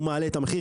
הוא מעלה את המחיר,